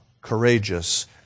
courageous